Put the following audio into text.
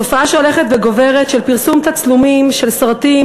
תופעה שהולכת וגוברת של פרסום תצלומים של סרטים